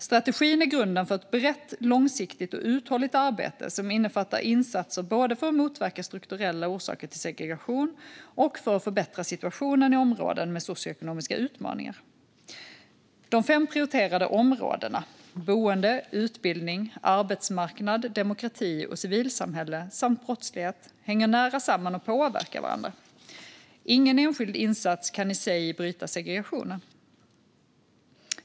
Strategin är grunden för ett brett, långsiktigt och uthålligt arbete som innefattar insatser både för att motverka strukturella orsaker till segregation och för att förbättra situationen i områden med socioekonomiska utmaningar. De fem prioriterade områdena boende, utbildning, arbetsmarknad, demokrati och civilsamhälle samt brottslighet hänger nära samman och påverkar varandra. Ingen enskild insats kan i sig bryta segregationen.